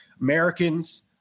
American's